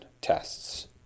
tests